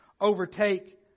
overtake